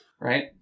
Right